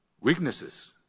weaknesses